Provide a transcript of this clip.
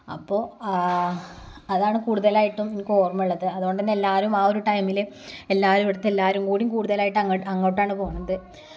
അപ്പോള് അതാണ് കൂടുതലായിട്ടും എനിക്കോര്മ്മയുള്ളത് അതുകൊണ്ടുതന്നെ എല്ലാവരും ആ ഒരു ടൈമില് എല്ലാവരും ഇവിടത്തെ എല്ലാരുങ്കൂടി കൂടുതലായിട്ട് അങ്ങോട്ടാണ് പോകുന്നത്